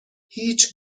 هیچ